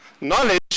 knowledge